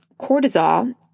cortisol